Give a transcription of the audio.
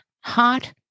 hot